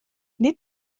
nid